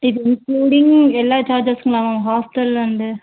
இது இன்க்ளூடிங் எல்லா சார்ஜஸுங்களா மேம் ஹாஸ்டல் அண்டு